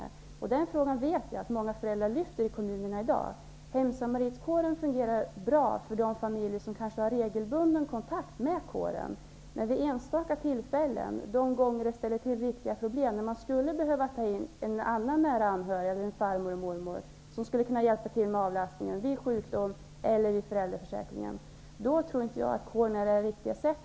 Jag vet också att den frågan i dag i många kommuner lyfts fram av föräldrar. Hemsamaritkåren fungerar bra för de familjer som har regelbunden kontakt med kåren. Men vid de enstaka tillfällen då man får sådana problem att man skulle behöva anlita en nära anhörig, som farmor eller mormor, för att få hjälp med avlastningen vid sjukdom -- det gäller även vid utnyttjande av föräldraförsäkringen på annat sätt -- tror jag inte att kåren alltid är lämpligast.